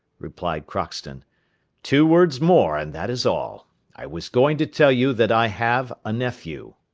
replied crockston two words more and that is all i was going to tell you that i have a nephew.